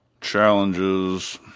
Challenges